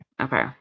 Okay